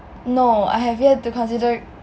no I have yet to consider